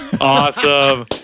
Awesome